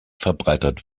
verbreitert